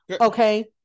okay